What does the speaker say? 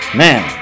man